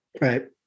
Right